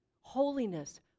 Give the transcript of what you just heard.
Holiness